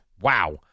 Wow